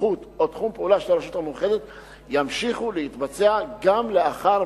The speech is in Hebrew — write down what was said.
סמכות או תחום פעולה של הרשות המאוחדת ימשיכו להתבצע גם לאחר